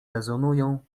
rezonują